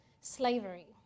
slavery